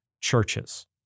churches